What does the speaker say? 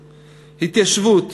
התיישבות,